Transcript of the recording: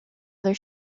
other